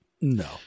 no